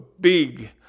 big